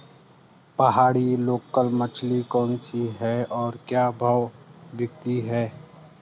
पहाड़ी लोकल मछली कौन सी है और क्या भाव बिकती है?